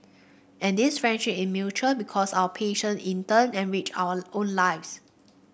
and this friendship is mutual because our patient in turn enrich our own lives